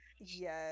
Yes